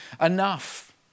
enough